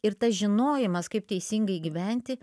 ir tas žinojimas kaip teisingai gyventi